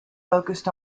focused